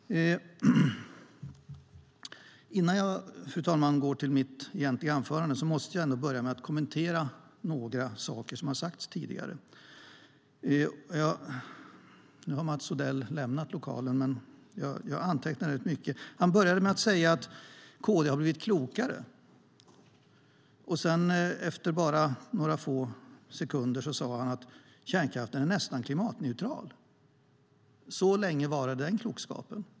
Fru talman! Innan jag går till mitt egentliga anförande måste jag kommentera några saker som har sagts tidigare. Mats Odell har lämnat lokalen, men jag har antecknat rätt mycket av det han sade. Han började med att KD har blivit klokare, men efter bara några få sekunder sade han att kärnkraften är nästan klimatneutral. Så länge varade den klokskapen.